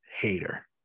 hater